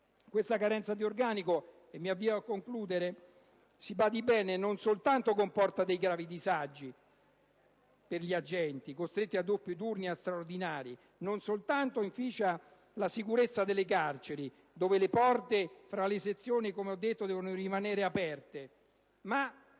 Questa carenza di organico, si badi bene, non soltanto comporta dei gravi disagi per gli agenti, costretti a doppi turni e a straordinari non retribuiti, non soltanto inficia la sicurezza delle carceri, dove le porte fra le sezioni, come dicevo, devono rimanere aperte,